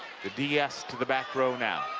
the ds to the back row now.